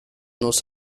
nos